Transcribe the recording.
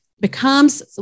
becomes